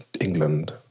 England